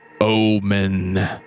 Omen